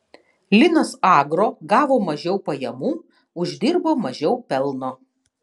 linas agro gavo mažiau pajamų uždirbo mažiau pelno